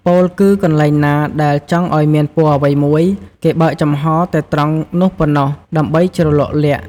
ពោលគឺកន្លែងណាដែលចង់ឱ្យមានពណ៌អ្វីមួយ គេបើកចំហតែត្រង់នោះប៉ុណ្ណោះ ដើម្បីជ្រលក់ល័ក្ត ។